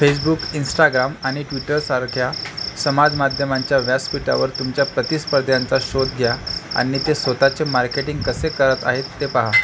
Facebook Instagram आणि ट्विटरसारख्या समाजमाध्यमांच्या व्यासपीठावर तुमच्या प्रतिस्पर्ध्यांचा शोध घ्या आणि ते स्वतःचे मार्केटिंग कसे करत आहेत ते पाहा